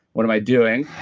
what am i doing?